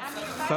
נירה